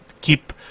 keep